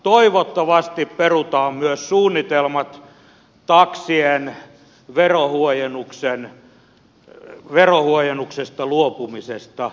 toivottavasti perutaan myös suunnitelmat taksien verohuojennuksesta luopumisesta